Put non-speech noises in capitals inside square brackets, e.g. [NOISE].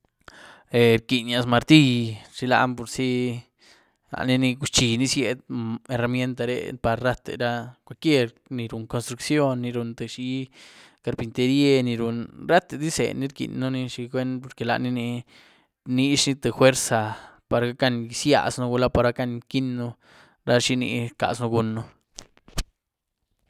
[HESITATION] rquinyiaz martigllí chilan purzi, lanini guc´chi [UNINTELLIGIBLE] zied [UNINTELLIGIBLE] herramienta re par rate ra cualquier ni run construcción, ni run tïé zhi carpinteríe. ni run ratediz zeny ni rquieëni, xicwuen, por que lanini rniezhní tïé juerza par gac´gan izyiazën gula par gac´gan quienyën ra xini rcazën gunën.